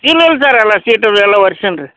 ಇಲ್ಲ ಇಲ್ಲ ಸರ್ ಎಲ್ಲ ಸೀಟ್ ಅದು ಎಲ್ಲ ಒರ್ಸೇನಿ ರೀ